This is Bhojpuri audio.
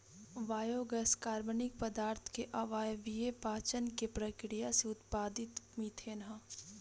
बायोगैस कार्बनिक पदार्थ के अवायवीय पाचन के प्रक्रिया से उत्पादित मिथेन ह